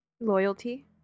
Loyalty